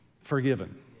forgiven